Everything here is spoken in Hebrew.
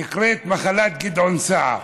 היא נקראת מחלת גדעון סער.